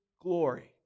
glory